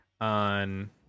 on